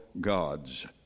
gods